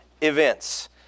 events